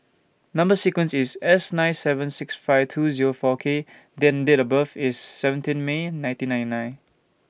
Number sequence IS S nine seven six five two Zero four K and Date of birth IS seventeen May nineteen nine nine